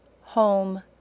home